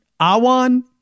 Awan